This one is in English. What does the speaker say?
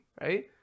right